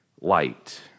light